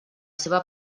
seva